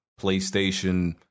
PlayStation